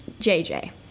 JJ